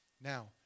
Now